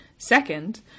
Second